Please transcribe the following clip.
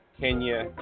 Kenya